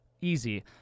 easy